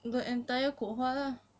and the entire cohort lah